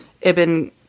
Ibn